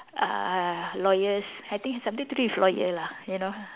uh lawyers I think something to do with the lawyer lah you know